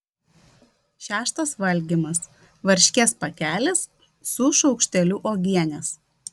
šeštas valgymas varškės pakelis su šaukšteliu uogienės